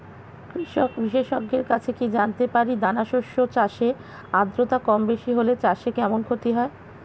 কৃষক বিশেষজ্ঞের কাছে কি জানতে পারি দানা শস্য চাষে আদ্রতা কমবেশি হলে চাষে কেমন ক্ষতি হয়?